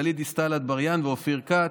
גלית דיסטל אטבריאן ואופיר כץ,